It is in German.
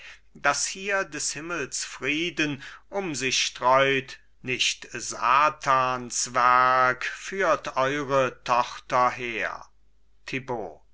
das hier des himmels frieden um sich streut nicht satans werk führt eure tochter her